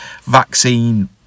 vaccine